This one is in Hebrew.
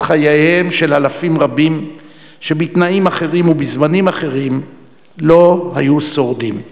את חייהם של אלפים רבים שבתנאים אחרים ובזמנים אחרים לא היו שורדים.